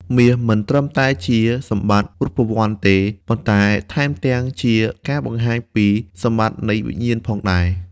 មាសមិនត្រឹមតែជាសម្បត្តិរូបវន្តទេ ប៉ុន្តែថែមទាំងជាការបង្ហាញពីសម្បត្តិនៃវិញ្ញាណផងដែរ។